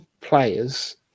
players